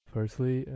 Firstly